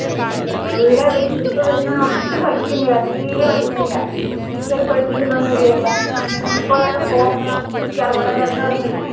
ഇവിടെ ഇപ്പം വരുന്നേനൊട്ടും പഠിക്കുന്നില്ല തീരെ പഠിക്കുന്നില്ല ടീച്ചറ് പേടിപ്പിക്കുന്നൊന്നും ഇല്ലേ ഇപ്പാ എപ്പോഴും ഫോൺ നോക്കി ഉച്ചയാവോളം കിടന്നുറങ്ങുന്നു